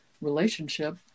relationship